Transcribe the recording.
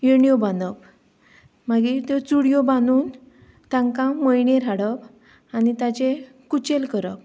येण्यो बांदप मागीर त्यो चुडयो बांदून तांकां मळणेर हाडप आनी ताजे कुचेल करप